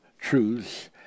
truths